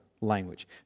language